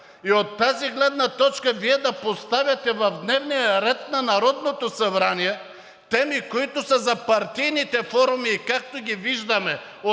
и от тази гледна точка Вие да поставяте в дневния ред на Народното събрание теми, които са за партийните форуми, и както ги виждаме